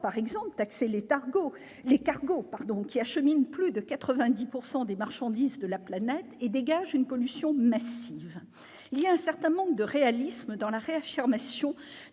par exemple, taxer les cargos, qui acheminent plus de 90 % des marchandises de la planète et dégagent une pollution massive ? Il y a un certain manque de réalisme dans la réaffirmation